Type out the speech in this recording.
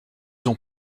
ont